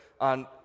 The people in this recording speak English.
on